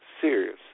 serious